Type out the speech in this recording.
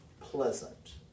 pleasant